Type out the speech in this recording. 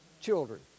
children